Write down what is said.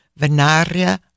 Venaria